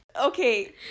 okay